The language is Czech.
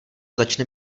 začne